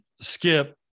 Skip